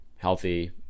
healthy